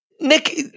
nick